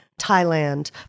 Thailand